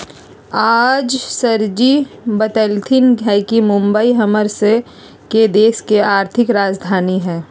आज सरजी बतलथिन ह कि मुंबई हम्मर स के देश के आर्थिक राजधानी हई